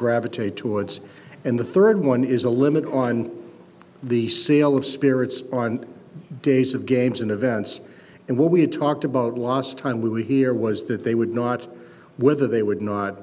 gravitate towards and the third one is a limit on the sale of spirits on days of games and events and what we had talked about last time we were here was that they would not whether they would not